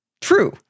True